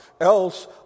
else